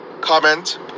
comment